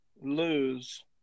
lose